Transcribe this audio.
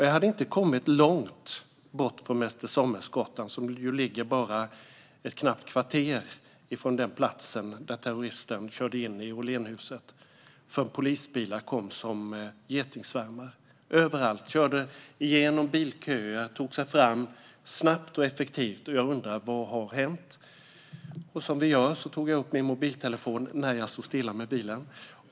Jag hade inte kommit långt från Mäster Samuelsgatan, som ligger bara ett knappt kvarter från den plats där terroristen körde in i Åhlénshuset, förrän polisbilar kom som getingsvärmar. De var överallt och körde igenom bilköer och tog sig fram snabbt och effektivt. Jag undrade vad som hade hänt, och som man gör tog jag upp min mobiltelefon när jag stod stilla med bilen.